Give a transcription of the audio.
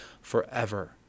forever